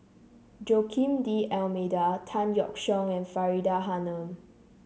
Joaquim D'Almeida Tan Yeok Seong and Faridah Hanum